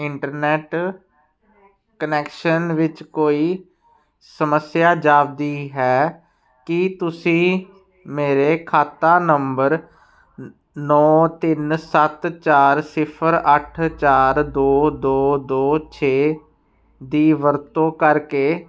internet connection ਵਿੱਚ ਕੋਈ ਸਮੱਸਿਆ ਜਾਪਦੀ ਹੈ ਕੀ ਤੁਸੀਂ ਮੇਰੇ ਖਾਤਾ ਨੰਬਰ ਨੌਂ ਤਿੰਨ ਸੱਤ ਚਾਰ ਸਿਫਰ ਅੱਠ ਚਾਰ ਦੋ ਦੋ ਦੋ ਛੇ ਦੀ ਵਰਤੋਂ ਕਰਕੇ